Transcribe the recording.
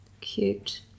cute